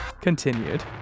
continued